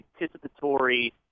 anticipatory